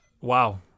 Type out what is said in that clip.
Wow